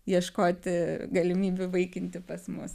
ieškoti galimybių įvaikinti pas mus